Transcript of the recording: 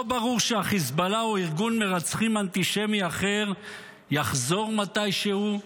לא ברור שהחיזבאללה או ארגון מרצחים אנטישמי אחר יחזור מתישהו?